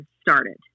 started